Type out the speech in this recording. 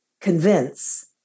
convince